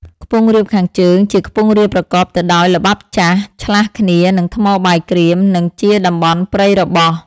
ខ្ពង់រាបខាងជើង ជាខ្ពង់រាបប្រកបទៅដោយល្បាប់ចាស់ ឆ្លាស់គ្នានឹងថ្មបាយក្រៀម និងជាតំបន់ព្រៃរបោះ ។